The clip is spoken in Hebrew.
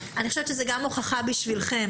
זה גם הוכחה בשבילכם